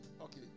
Okay